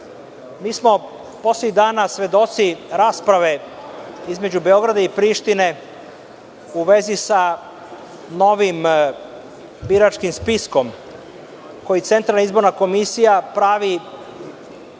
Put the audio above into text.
Mi smo poslednjih dana svedoci rasprave između Beograda i Prištine u vezi sa novim biračkim spiskom, koji Centralna izborna komisija pravi